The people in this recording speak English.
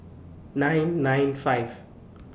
nine nine five